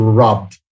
robbed